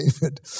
david